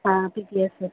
ਹਾਂ P P S